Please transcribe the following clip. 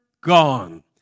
gone